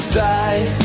die